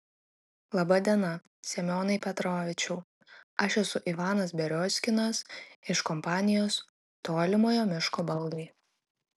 laba diena semionai petrovičiau aš esu ivanas beriozkinas iš kompanijos tolimojo miško baldai